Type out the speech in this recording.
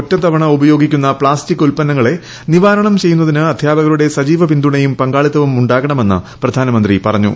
ഒറ്റത്തവണ ഉപയോഗിക്കുന്ന പ്ലാസ്റ്റിക് ഉത്പന്നങ്ങളെ നിവാരണം ചെയ്യുന്നതിന് അധ്യാപകരുടെ സജീവ പിന്തുണയും പങ്കാളിത്തവും ഉണ്ടാകണമെന്ന് പ്രധാനമന്ത്രി പറഞ്ഞു